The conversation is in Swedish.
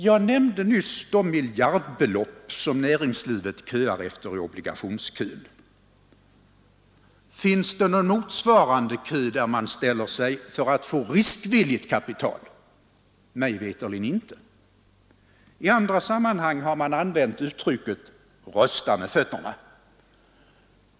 Jag nämnde nyss de miljardbelopp som näringslivet köar efter i obligationskön. Finns det någon motsvarande kö, där man ställer sig för att få riskvilligt kapital? Mig veterligt inte. I andra sammanhang har man använt uttrycket ”rösta med fötterna”.